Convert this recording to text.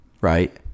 right